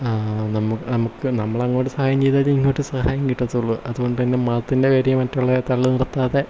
ആ നമുക്ക് നമുക്ക് നമ്മളങ്ങോട്ട് സഹായം ചെയ്താലേ ഇങ്ങോട്ട് സഹായം കിട്ടത്തുള്ളൂ അതുകൊണ്ടു തന്നെ മതത്തിൻ്റെ കാര്യം മറ്റുള്ള തള്ള് നിർത്താതെ